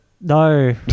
No